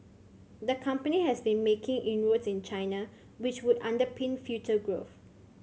the company has been making inroads in China which would underpin future growth